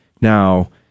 Now